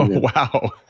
wow.